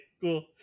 cool